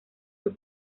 sus